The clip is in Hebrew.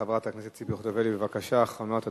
חברת הכנסת ציפי חוטובלי, אחרונת הדוברים,